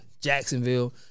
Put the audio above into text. Jacksonville